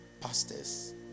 pastors